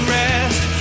rest